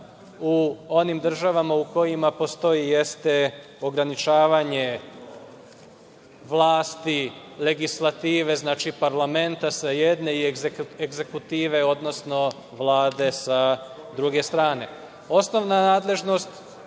u onim državama u kojima postoji jeste ograničavanje vlasti legislative, znači parlamenta sa jedne i egzekutive, odnosno Vlade sa druge strane. Osnovna nadležnost